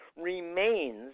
remains